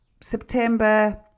September